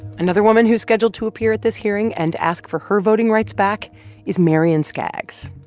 another woman who's scheduled to appear at this hearing and ask for her voting rights back is marian skaggs.